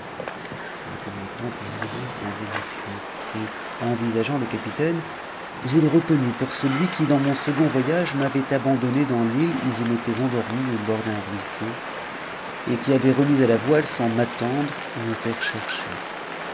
je ne pus m'entendre nommer sans émotion et envisageant te capitaine je le reconnus pour celui qui dans mon second voyage m'avait abahdonné dans l'île où je m'étais endormi au bord d'un ruisseau et qui avan remis à la voile sans m'attendre ou me faire chercher